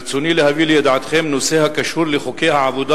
ברצוני להביא לידיעתכם נושא הקשור לחוקי העבודה